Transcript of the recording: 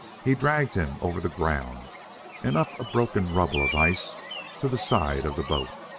he dragged him over the ground and up a broken rubble of ice to the side of the boat.